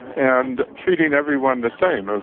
and treating everyone the same,